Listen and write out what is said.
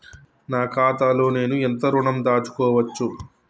నా ఖాతాలో నేను ఎంత ఋణం దాచుకోవచ్చు?